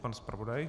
Pan zpravodaj.